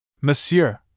Monsieur